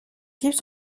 types